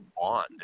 bond